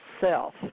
self